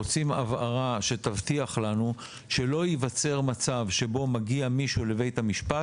רוצים הבהרה שתבטיח לנו שלא ייווצר מצב שבו מגיע מישהו לבית המשפט.